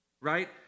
right